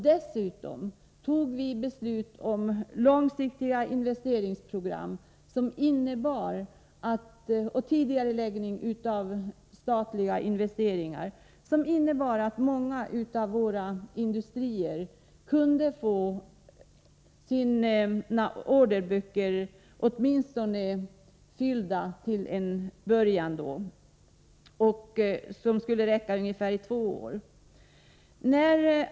Dessutom tog vi beslut om långsiktiga investeringsprogram och en tidigare läggning av statliga investeringar som innebar att många av våra industrier, åtminstone till en början, kunde få sina orderböcker fyllda. Det skulle räcka ungefär två år.